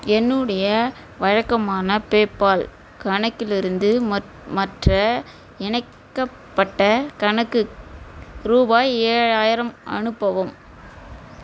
என்னுடைய வழக்கமான பேப்பால் கணக்கிலிருந்து மற்ற இணைக்கப்பட்ட கணக்கு ரூபாய் ஏழாயிரம் அனுப்பவும்